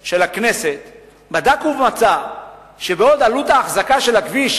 של הכנסת בדק ומצא שבעוד עלות האחזקה של הכביש,